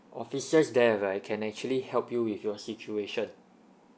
officers there right can actually help you with your situation